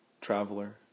traveler